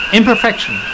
imperfection